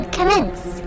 Commence